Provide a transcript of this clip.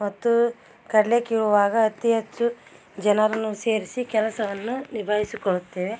ಮತ್ತು ಕಡ್ಲೆ ಕೀಳುವಾಗ ಅತಿ ಹೆಚ್ಚು ಜನರನ್ನು ಸೇರಿಸಿ ಕೆಲಸವನ್ನು ನಿಭಾಯಿಸಿಕೊಳ್ಳುತ್ತೇವೆ